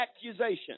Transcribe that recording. accusation